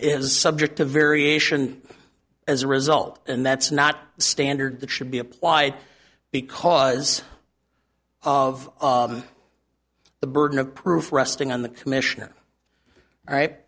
is subject to variation as a result and that's not standard that should be applied because of the burden of proof resting on the commissioner right